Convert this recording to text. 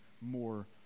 more